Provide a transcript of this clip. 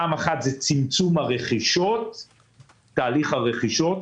פעם ראשונה זה צמצום תהליך הרכישות,